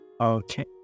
okay